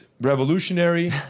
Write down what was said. revolutionary